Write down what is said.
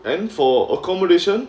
and for accommodation